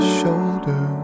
shoulder